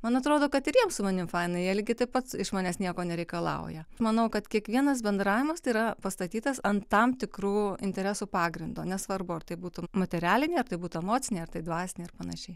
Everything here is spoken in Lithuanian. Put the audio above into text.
man atrodo kad ir jiem su manim faina jie lygiai taip pat iš manęs nieko nereikalauja manau kad kiekvienas bendravimas yra pastatytas ant tam tikrų interesų pagrindo nesvarbu ar tai būtų materialinė ar tai būtų emocinė ar tai dvasinė ar panašiai